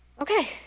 Okay